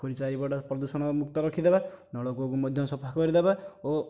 ପୋଖରୀ ଚାରିପଟ ପ୍ରଦୂଷଣ ମୁକ୍ତ ରଖିଦେବା ନଳକୂଅକୁ ମଧ୍ୟ ସଫା ରଖିଦେବା ଓ